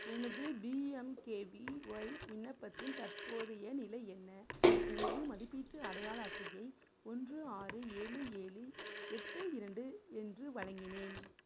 எனது பிஎம்கேவிஒய் விண்ணப்பத்தின் தற்போதைய நிலை என்ன எனது மதிப்பீட்டு அடையாள அட்டையை ஒன்று ஆறு ஏழு ஏழு எட்டு இரண்டு என்று வழங்கினேன்